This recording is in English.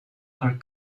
are